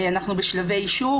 אנחנו בשלבי אישור.